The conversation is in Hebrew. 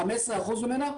15% ממנה,